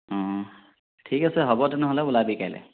অ' ঠিক আছে হ'ব তেনেহ'লে ওলাবি কাইলৈ